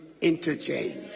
interchange